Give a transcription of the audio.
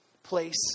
place